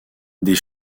des